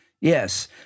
yes